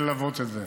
תתחילי ללוות את זה.